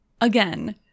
Again